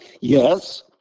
Yes